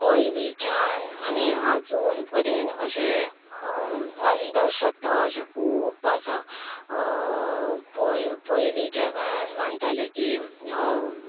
पयलींच्यान आनी आजून परेन अशे अंधश्रध्दा अशे खूब आसा पय पयलींच्या काळांत मानताले की